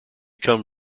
come